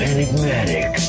Enigmatic